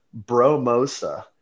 Bromosa